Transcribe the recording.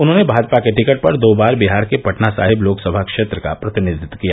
उन्होंने भाजपा के टिकट पर दो बार बिहार के पटना साहिब लोकसभा क्षेत्र का प्रतिनिधित्व किया